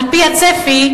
על-פי הצפי,